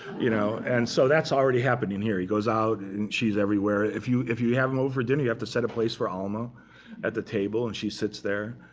you know and so that's already happening here. he goes out, and she's everywhere. if you if you have him over dinner you have to set a place for alma at the table. and she sits there.